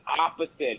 opposite